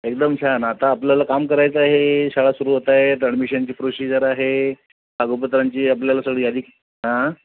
एकदम छान आता आपल्याला काम करायचं आहे शाळा सुरू होत आहेत अडमिशनची प्रोसिजर आहे कागपत्रांची आपल्याला सगळी यादी आं